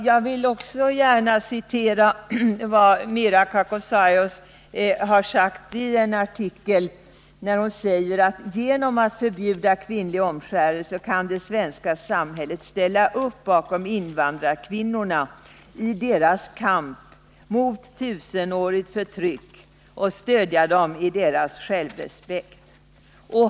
Jag vill gärna återge vad Mira Kakossaios har sagt i en artikel: Genom att förbjuda kvinnlig omskärelse kan det svenska samhället ställa upp bakom invandrarkvinnorna i deras kamp mot tusenårigt förtryck och stödja dem i deras självrespekt.